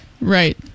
Right